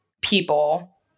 people